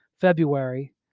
February